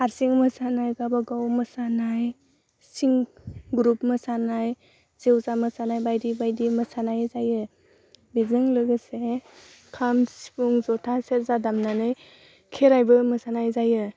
हारसिं मोसानाय गाबागाव मोसानाय ग्रुप मोसानाय जेवजा मोसानाय बायदि बायदि मोसानाय जायो बेजों लोगोसे खाम सिफुं ज'था सेरजा दामनानै खेराइबो मोसानाय जायो